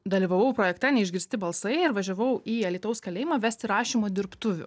dalyvavau projekte neišgirsti balsai ir važiavau į alytaus kalėjimą vesti rašymo dirbtuvių